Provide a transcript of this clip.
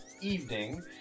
evening